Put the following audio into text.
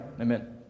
Amen